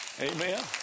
Amen